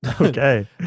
Okay